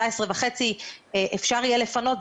17.5 אפשר יהיה לפנות,